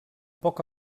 poc